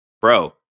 Bro